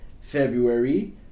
February